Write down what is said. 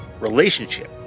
relationship